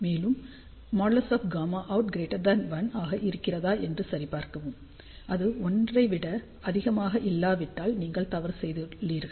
மேலும் |Γout| 1 ஆக இருக்கிறதா என்று சரி பார்க்கவும் அது 1 ஐ விட அதிகமாக இல்லாவிட்டால் நீங்கள் தவறு செய்துள்ளீர்கள்